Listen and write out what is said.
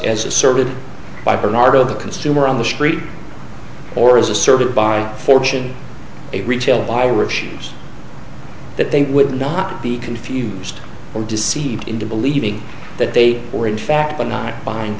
as asserted by bernardo the consumer on the street or as asserted by fortune a retail buyer of shoes that they would not be confused or deceived into believing that they were in fact but not